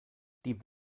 die